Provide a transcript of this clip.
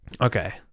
Okay